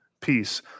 peace